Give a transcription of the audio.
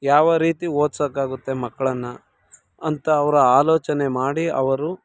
ಯಾವ ರೀತಿ ಓದ್ಸೋಕ್ಕಾಗುತ್ತೆ ಮಕ್ಳನ್ನು ಅಂತ ಅವ್ರು ಆಲೋಚನೆ ಮಾಡಿ ಅವರು